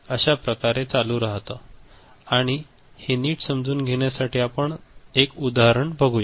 तर हे अश्या प्रकारे चालू राहत आणि हे नीट समजून घेण्यासाठी आपण एक उदाहरण बघूया